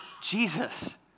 Jesus